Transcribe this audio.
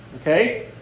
Okay